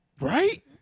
Right